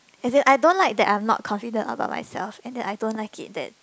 as in I don't like that I'm not confident about myself and that I don't like it that